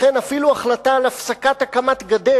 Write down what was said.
לכן אפילו החלטה על הפסקת הקמת גדר